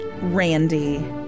Randy